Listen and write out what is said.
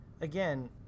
again